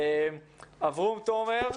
אברום תומר.